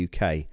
UK